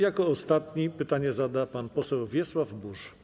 Jako ostatni pytanie zada pan poseł Wiesław Buż.